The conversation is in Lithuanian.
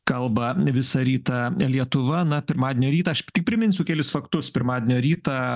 kalba visą rytą lietuva na pirmadienio rytą aš tik priminsiu kelis faktus pirmadienio rytą